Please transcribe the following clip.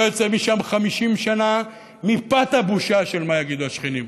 יוצא משם 50 שנה מפאת הבושה של מה יגידו השכנים.